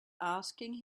asking